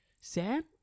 Sam